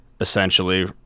essentially